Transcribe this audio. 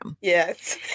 Yes